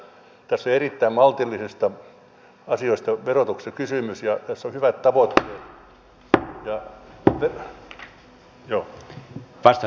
tässä on erittäin maltillisista asioista verotuksellisesti kysymys ja tässä on hyvät tavoitteet